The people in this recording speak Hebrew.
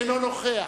אינו נוכח.